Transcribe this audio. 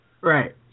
Right